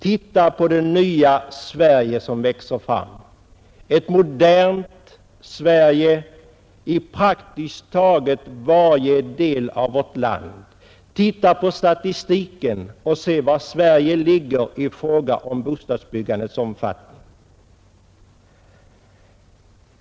Titta på det nya Sverige som växer fram, ett modernt Sverige i praktiskt taget varje del av vårt land. Titta på statistiken och se var Sverige ligger i fråga om bostadsbyggandets omfattning.